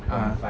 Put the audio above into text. ah